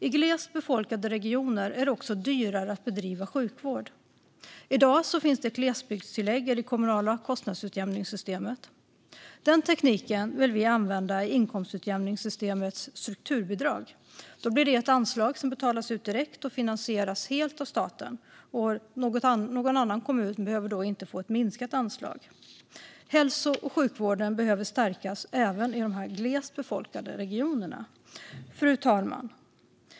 I glest befolkade regioner är det dyrare att bedriva sjukvård. I dag finns ett glesbygdstillägg i det kommunala kostnadsutjämningssystemet. Den tekniken vill vi använda i inkomstutjämningssystemets strukturbidrag. Det blir då ett anslag som betalas ut direkt och finansieras helt av staten, detta utan att någon annan region behöver få minskat anslag. Hälso och sjukvården behöver stärkas även i glest befolkade regioner. Fru talman!